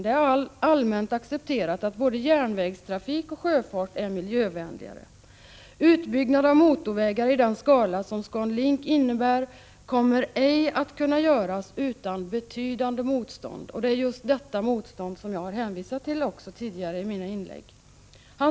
Det är allmänt accepterat att både järnvägstrafik och sjöfart är miljövänligare. ——— Utbyggnad av motorvägar i den skala som Scan Link innebär kommer ej att kunna göras utan betydande motstånd.” Det är detta motstånd jag har hänvisat till i mina tidigare inlägg.